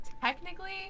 technically